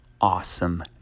awesome